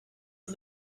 and